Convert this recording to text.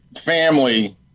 family